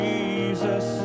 Jesus